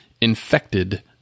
infected